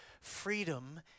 freedom